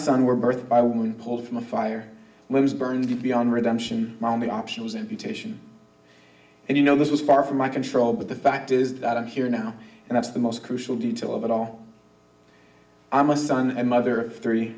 son were birth by womb pulled from a fire was burned beyond redemption my only option was amputation and you know this was far from my control but the fact is that i'm here now and that's the most crucial detail of it all i'm a son and mother of three